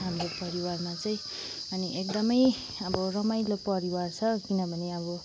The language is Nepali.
हाम्रो परिवारमा चाहिँ अनि एकदमै अब रमाइलो परिवार छ किनभने अब